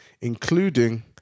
including